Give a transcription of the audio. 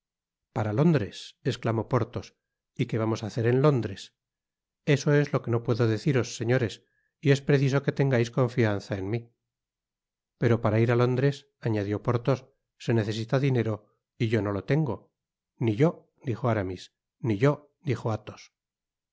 para londres esclamó porthos y que vamos á hacer en londres eso es lo que no puedo deciros señores y es preciso que tengais confianza en mi pero para ir á londres añadió porthos se necesita dinero y yo no lo tengo ni yo dijo aramis ni yo dijo athos